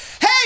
hey